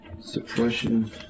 Suppression